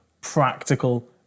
practical